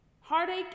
Heartache